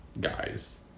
guys